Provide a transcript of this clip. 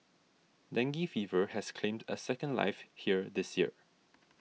dengue fever has claimed a second life here this year